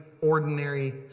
ordinary